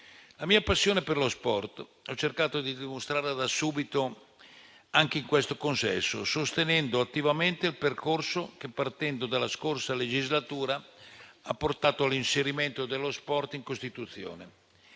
La mia passione per lo sport ho cercato di dimostrarla da subito, anche in questo consesso, sostenendo attivamente il percorso che, partendo dalla passata legislatura, ha portato all'inserimento dello sport in Costituzione.